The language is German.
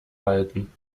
halten